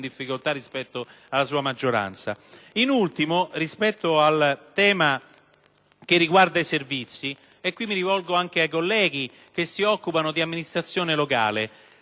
In ultimo, rispetto al tema dei servizi (mi rivolgo anche ai colleghi che si occupano di amministrazione locale),